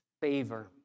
favor